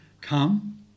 come